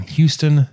Houston